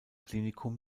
klinikum